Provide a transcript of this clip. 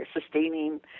sustaining